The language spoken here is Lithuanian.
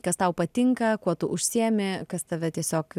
kas tau patinka kuo tu užsiėmi kas tave tiesiog